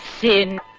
sin